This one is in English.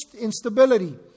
instability